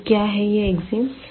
तो क्या है यह अकसीयम्स